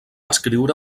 escriure